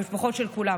המשפחות של כולם,